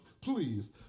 please